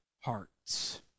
hearts